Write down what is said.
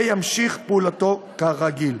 וימשיך את פעולתו כרגיל.